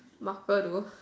maker though